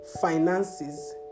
finances